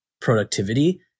productivity